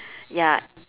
ya